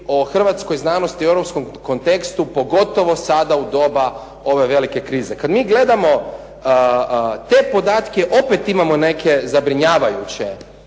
o hrvatskoj znanosti u europskom kontekstu pogotovo sada u doba ove velike krize. Kad mi gledamo te podatke opet imamo neke zabrinjavajuće